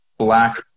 Black